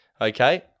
Okay